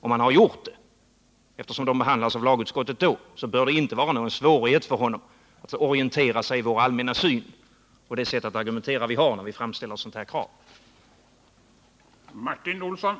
Om han gjort det — de behandlades ju av lagutskottet då — bör det inte vara någon svårighet för honom att orientera sig i vår allmänna syn på frågan och vårt sätt att argumentera då vi framställer ett sådant här krav.